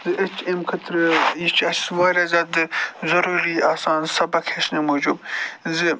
أسۍ چھِ اَمہِ خٲطرٕ یہِ چھِ اَسہِ واریاہ زیادٕ ضُروٗری آسان سَبق ہٮ۪چھنہٕ موٗجوٗب زِ